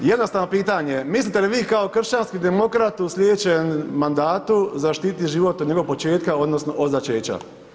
Jednostavno pitanje, mislite li vi kao kršćanski demokrat u sljedećem mandatu zaštiti život od njegovog početka odnosno od začeća?